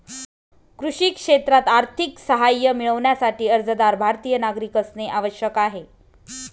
कृषी क्षेत्रात आर्थिक सहाय्य मिळविण्यासाठी, अर्जदार भारतीय नागरिक असणे आवश्यक आहे